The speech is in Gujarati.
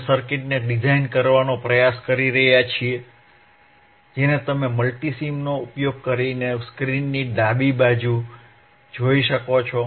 અમે સર્કિટને ડિઝાઇન કરવાનો પ્રયાસ કરી રહ્યા છીએ જેને તમે મલ્ટિસિમનો ઉપયોગ કરીને સ્ક્રીનની ડાબી બાજુએ જોઈ શકો છો